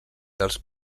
dels